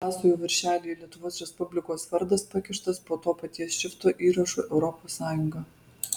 paso jau viršelyje lietuvos respublikos vardas pakištas po to paties šrifto įrašu europos sąjunga